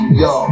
yo